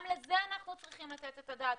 גם לזה אנחנו צריכים לתת את הדעת,